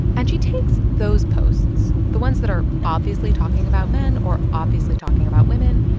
and she takes those posts, the ones that are obviously talking about men or obviously talking about women,